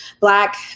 black